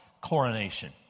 coronation